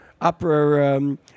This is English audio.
opera